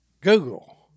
Google